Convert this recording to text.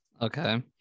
Okay